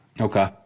Okay